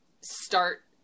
start